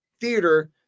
theater